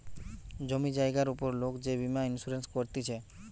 জমি জায়গার উপর লোক যে বীমা ইন্সুরেন্স করতিছে